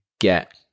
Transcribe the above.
get